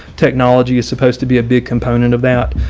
technology is supposed to be a big component of that.